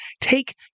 take